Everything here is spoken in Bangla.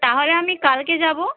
তাহলে আমি কালকে যাবো